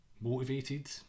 motivated